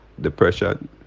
depression